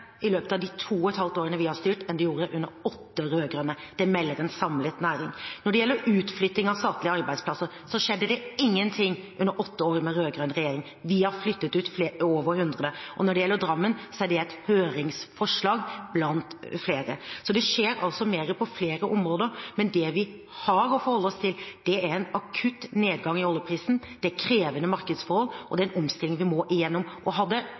i løpet av de to og et halvt årene vi har styrt, enn det gjorde under åtte rød-grønne. Det melder en samlet næring. Når det gjelder utflytting av statlige arbeidsplasser, skjedde det ingenting under åtte år med rød-grønn regjering. Vi har flyttet ut over 100. Og når det gjelder Drammen, er det ett høringsforslag blant flere. Så det skjer altså mer på flere områder, men det vi har å forholde oss til, er en akutt nedgang i oljeprisen, det er krevende markedsforhold, og det er en omstilling vi må gjennom. Hadde permitteringsreglene vært på 52 uker for halvannet år siden, hadde